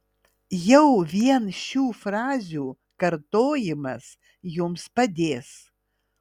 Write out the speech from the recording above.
jau vien šių frazių kartojimas jums padės